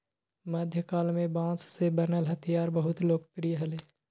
मध्यकाल में बांस से बनल हथियार बहुत लोकप्रिय हलय